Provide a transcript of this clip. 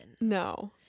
No